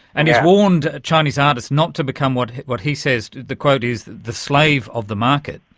and has warned chinese artists not to become what what he says, the quote is the slave of the market.